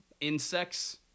insects